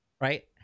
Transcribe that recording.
Right